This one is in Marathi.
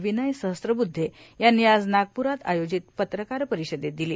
विनय सहस्त्रबुद्धे यांनी आज नागपूरात आयोजित पत्रकार परिषदेत दिली